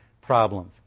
problems